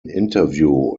interview